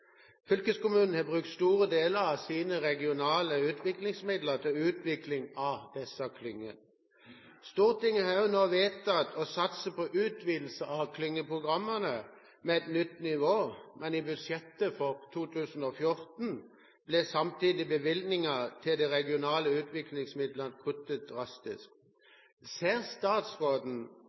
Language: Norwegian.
Fylkeskommunen har brukt store deler av sine regionale utviklingsmidler til utvikling av disse klyngene. Stortinget har nå vedtatt å satse på en utvidelse av klyngeprogrammene med et nytt nivå, men i budsjettet for 2014 ble samtidig bevilgningene til de regionale utviklingsmidlene kuttet drastisk. Ser statsråden